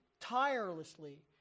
Tirelessly